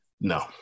No